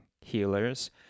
healers